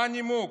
מה הנימוק?